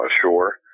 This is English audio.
ashore